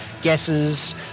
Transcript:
guesses